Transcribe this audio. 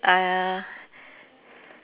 err